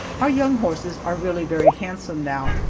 our young horses are really very handsome now,